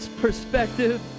perspective